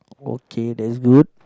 okay that's good